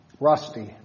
Rusty